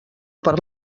per